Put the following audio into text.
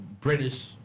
British